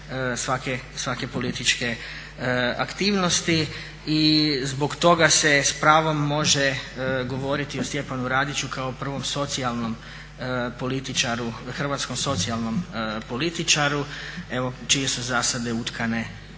svake političke aktivnosti. I zbog toga se s pravom može govoriti o Stjepanu Radiću kao prvom hrvatskom socijalnom političaru čije su zasada utkane